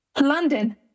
London